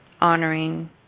honoring